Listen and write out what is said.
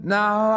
now